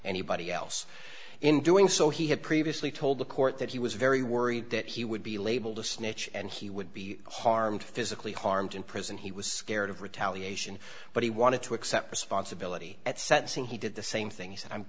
anybody else in doing so he had previously told the court that he was very worried that he would be labeled a snitch and he would be harmed physically harmed in prison he was scared of retaliation but he wanted to accept responsibility at sentencing he did the same thing